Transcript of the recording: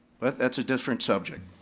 but that's a different subject.